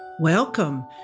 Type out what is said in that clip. Welcome